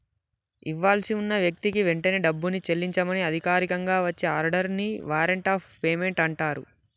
ఇవ్వాల్సి ఉన్న వ్యక్తికి వెంటనే డబ్బుని చెల్లించమని అధికారికంగా వచ్చే ఆర్డర్ ని వారెంట్ ఆఫ్ పేమెంట్ అంటరు